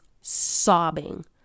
sobbing